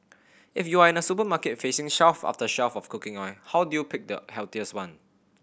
if you are in a supermarket facing shelf after shelf of cooking oil how do you pick the healthiest one